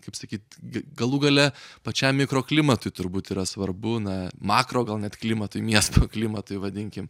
kaip sakyt ga galų gale pačiam mikroklimatui turbūt yra svarbu na makro gal net klimatui miesto klimatui vadinkim